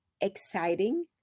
exciting